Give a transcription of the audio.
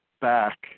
back